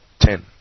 Ten